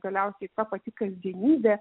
galiausiai ta pati kasdienybė